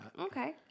Okay